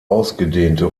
ausgedehnte